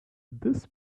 this